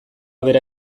bera